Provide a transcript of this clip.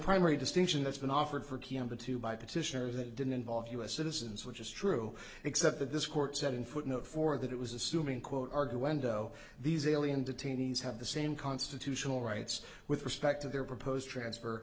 primary distinction that's been offered for kiambu to by petitioner that didn't involve u s citizens which is true except that this court said in footnote four that it was assuming quote argue endo these alien detainees have the same constitutional rights with respect to their proposed transfer